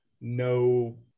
no